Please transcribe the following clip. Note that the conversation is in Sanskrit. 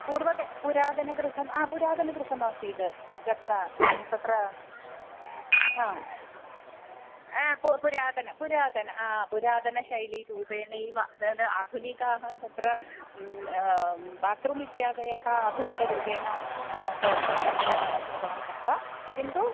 पूर्वतनं पुरातनगृहम् आ पुरातनगृहमासीत् तत्र तत्र हा आ पुरातनं पुरातनम् आ पुरातनशैलीरूपेणैव आधुनिकाः तत्र बात्रूम् इत्यादयः आधुनिकरूपेण तेषां निर्माणं कृतवन्तः किन्तु